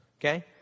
Okay